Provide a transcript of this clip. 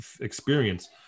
experience